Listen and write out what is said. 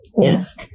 Yes